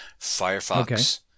Firefox